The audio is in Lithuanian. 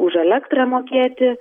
už elektrą mokėti